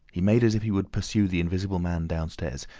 he made as if he would pursue the invisible man downstairs.